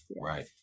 right